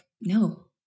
no